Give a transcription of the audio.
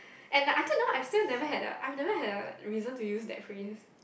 and like until now I still never had a I've never had a reason to use that phrase